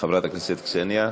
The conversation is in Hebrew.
חברת הכנסת קסניה.